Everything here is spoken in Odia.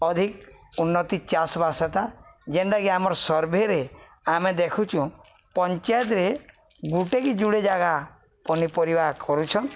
ଅଧିକ ଉନ୍ନତି ଚାଷବାସ ହେତା ଯେନ୍ଟାକି ଆମର୍ ସର୍ଭେରେ ଆମେ ଦେଖୁଚୁଁ ପଞ୍ଚାୟତରେ ଗୁଟେକି ଜୁଡ଼େ ଜାଗା ପନିପରିବା କରୁଛନ୍